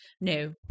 No